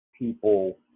People